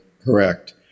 correct